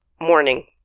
Morning